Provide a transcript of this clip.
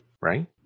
Right